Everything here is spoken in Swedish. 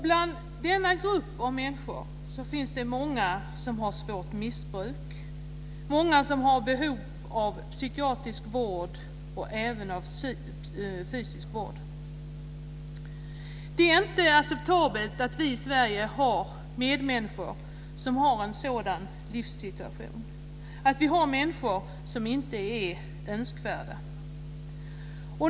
Inom denna grupp av människor finns det många som har ett svårt missbruk. Många har behov av både psykiatrisk och fysisk vård. Det är inte acceptabelt att vi i Sverige har medmänniskor med en sådan livssituation, att vi har människor som inte är önskvärda.